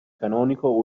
canonico